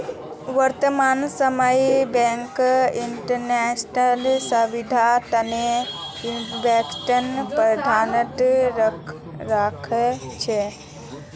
वर्तमान समयत bank investment service तने इन्वेस्टमेंट प्रबंधक राखे छे